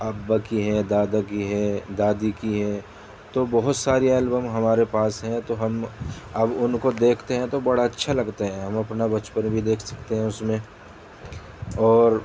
ابا کی ہے دادا کی ہے دادی کی ہے تو بہت ساری البم ہمارے پاس ہے تو ہم اب ان کو دیکھتے ہیں تو بڑا اچھا لگتا ہے ہم اپنا بچپن بھی دیکھ سکتے ہیں اس میں اور